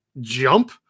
jump